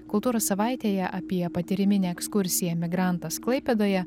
kultūros savaitėje apie patyriminę ekskursiją emigrantas klaipėdoje